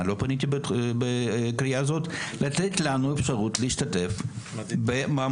לא פניתי בקריאה זאת לתת לנו אפשרות להשתתף במאמץ